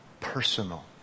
Personal